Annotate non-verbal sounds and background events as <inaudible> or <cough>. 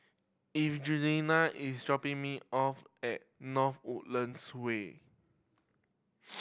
Evangelina is dropping me off at North Woodlands Way <noise>